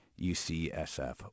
ucsf